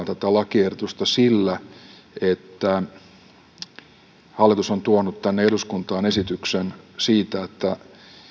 tätä lakiehdotusta perustellaan sillä että hallitus on tuonut tänne eduskuntaan esityksen siitä että